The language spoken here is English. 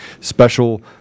special